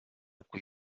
cui